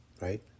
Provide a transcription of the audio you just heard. Right